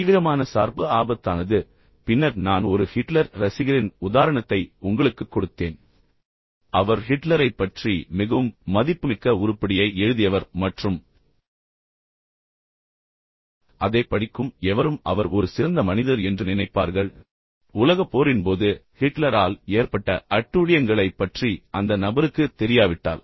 தீவிரமான சார்பு ஆபத்தானது பின்னர் நான் ஒரு ஹிட்லர் ரசிகரின் உதாரணத்தை உங்களுக்குக் கொடுத்தேன் அவர் ஹிட்லரைப் பற்றி மிகவும் மதிப்புமிக்க உருப்படியை எழுதியவர் மற்றும் அதைப் படிக்கும் எவரும் அவர் ஒரு சிறந்த மனிதர் என்று நினைப்பார்கள் உலகப் போரின் போது ஹிட்லரால் ஏற்பட்ட அட்டூழியங்களைப் பற்றி அந்த நபருக்குத் தெரியாவிட்டால்